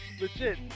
legit